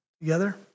together